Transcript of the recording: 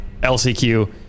LCQ